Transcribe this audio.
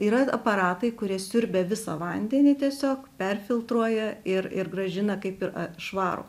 yra aparatai kurie siurbia visą vandenį tiesiog perfiltruoja ir ir grąžina kaip ir švarų